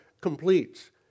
completes